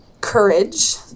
courage